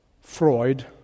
Freud